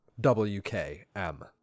W-K-M